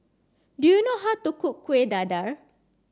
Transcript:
do you know how to cook Kuih Dadar